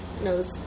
knows